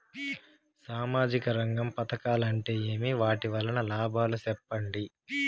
సామాజిక రంగం పథకాలు అంటే ఏమి? వాటి వలన లాభాలు సెప్పండి?